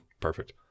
Perfect